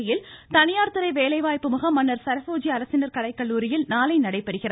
தஞ்சையில் தனியார் துறை வேலைவாய்ப்பு முகாம் மன்னர் சரபோஜி அரசினர் கலைக்கல்லுாரியில் நாளை நடைபெறுகிறது